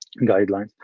guidelines